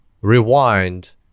rewind